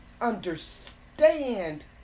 understand